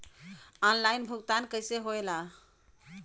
Online भुगतान कैसे होए ला?